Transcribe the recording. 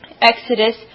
Exodus